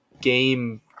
game